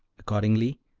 accordingly,